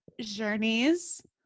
journeys